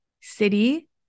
city